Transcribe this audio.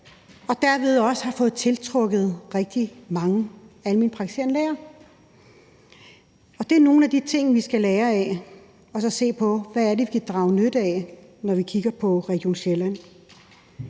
derved også har fået tiltrukket rigtig mange alment praktiserende læger. Det er nogle af de ting, vi skal lære af og så se på, hvad det er, vi kan drage nytte af, når vi kigger på Region Sjælland.